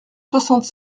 soixante